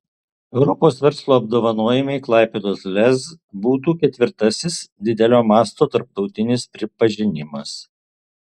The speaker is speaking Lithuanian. europos verslo apdovanojimai klaipėdos lez būtų ketvirtasis didelio masto tarptautinis pripažinimas